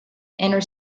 inner